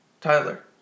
Tyler